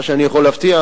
מה שאני יכול להבטיח,